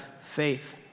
faith